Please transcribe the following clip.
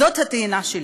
זו הטענה שלי.